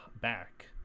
back